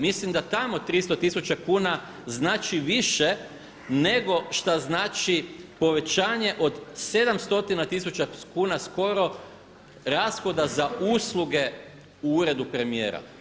Mislim da tamo 300 tisuća kuna znači više nego šta znači povećanje od 700 tisuća kuna skoro rashoda za usluge u uredu premijera.